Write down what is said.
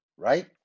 right